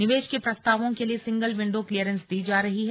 निवेश के प्रस्तावों के लिए सिंगल विंडो क्लीयरेंस दी जा रही है